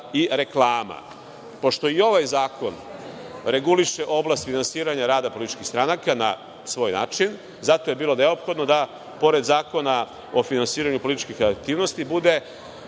i reklama. Pošto i ovaj zakon reguliše oblast finansiranja rada političkih stranaka na svoj način, zato je bilo neophodno da, pored Zakona o finansiranju političkih aktivnosti da